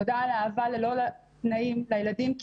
תודה על האהבה ללא תנאים לילדים,